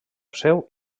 seu